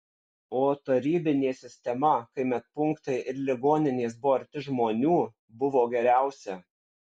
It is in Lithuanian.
o tarybinė sistema kai medpunktai ir ligoninės buvo arti žmonių buvo geriausia